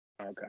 Okay